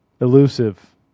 elusive